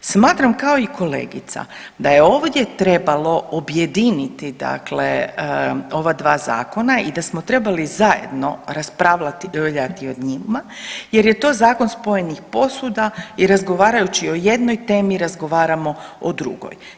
Smatram kao i kolegica da je ovdje trebalo objediniti dakle ova dva zakona i da smo trebali zajedno raspravljati o njima jer je to zakon spojenih posuda i razgovarajući o jednoj temi razgovaramo o drugoj.